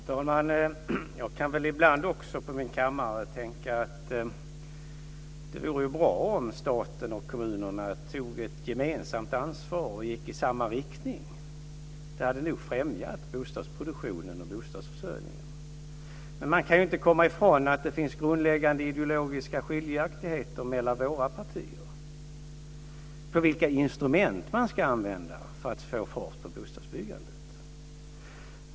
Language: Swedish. Fru talman! Jag kan ibland också på min kammare tänka att det vore bra om staten och kommunerna tog ett gemensamt ansvar och gick i samma riktning. Det hade nog främjat bostadsproduktionen och bostadsförsörjningen. Men man kan inte komma ifrån att det finns grundläggande ideologiska skiljaktigheter mellan våra partier när det gäller vilka instrument man ska använda för att få fart på bostadsbyggandet.